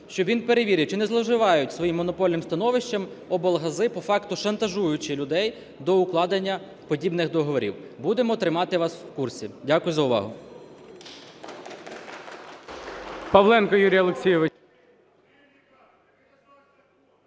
щоб він перевірив, чи не зловживають своїм монопольним становищем облгази, по факту шантажуючи людей до укладення подібних договорів. Будемо тримати вас в курсі. Дякую за увагу.